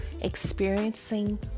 experiencing